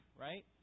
Right